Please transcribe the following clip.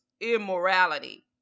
immorality